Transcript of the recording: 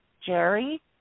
Jerry